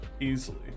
Easily